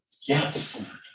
Yes